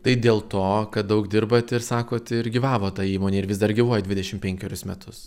tai dėl to kad daug dirbat ir sakot ir gyvavo ta įmonė ir vis dar gyvuoja dvidešim penkerius metus